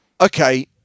okay